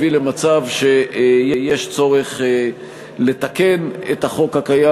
הביא למצב שיש צורך לתקן את החוק הקיים,